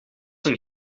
een